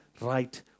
right